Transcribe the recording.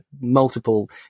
multiple